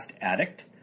Addict